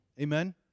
amen